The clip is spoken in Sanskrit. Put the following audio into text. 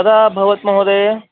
कदा भवति महोदय